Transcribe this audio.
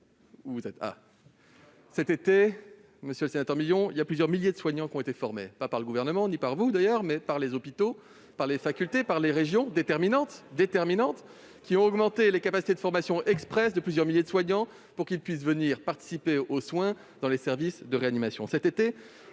cet été, plusieurs milliers de soignants ont été formés, non pas par le Gouvernement ni par vous, d'ailleurs, mais par les hôpitaux, les facultés, les régions, dont l'action a été déterminante, augmentant les capacités de formation exprès de plusieurs milliers de soignants pour qu'ils puissent participer aux soins dans les services de réanimation.